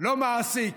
לא מעסיק.